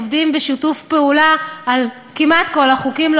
עובדים בשיתוף פעולה על כל החוקים כמעט,